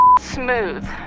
smooth